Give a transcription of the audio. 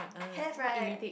have right